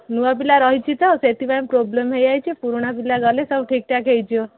ନୂଆ ପିଲା ରହିଛି ତ ସେଥିପାଇଁ ପ୍ରୋବ୍ଲେମ ହୋଇଯାଇଛି ପୁରୁଣା ପିଲା ଗଲେ ସବୁ ଠିକ୍ ଠାକ୍ ହୋଇଯିବ